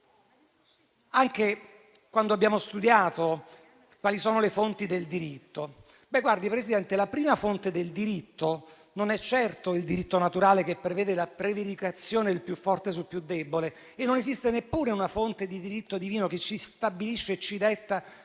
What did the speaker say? Anche quando abbiamo studiato le fonti del diritto, Presidente, la prima fonte del diritto non è certo il diritto naturale che prevede la prevaricazione del più forte sul più debole, e non esiste neppure una fonte di diritto divino che stabilisce e ci detta